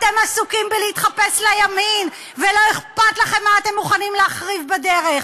אתה עסוקים בלהתחפש לימין ולא אכפת לכם מה אתם מוכנים להחריב בדרך.